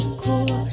cool